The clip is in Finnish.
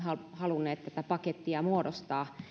halunneet tätä pakettia muodostaa